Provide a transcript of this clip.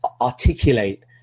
articulate